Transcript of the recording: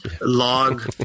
log